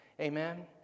Amen